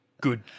good